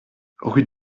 rue